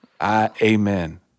Amen